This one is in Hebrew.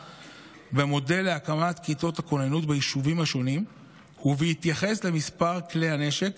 במודל להקמת כיתות הכוננות ביישובים השונים ובהתייחס למספר כלי הנשק